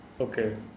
okay